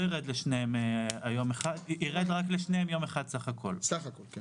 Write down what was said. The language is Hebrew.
ירד לשניהם יום אחד בסף הכול.